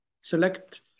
select